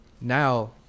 Now